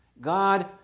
God